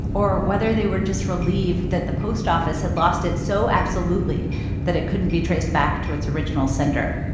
or whether they were just relieved that the post office had lost it so absolutely that it couldn't be traced back to its original sender.